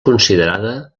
considerada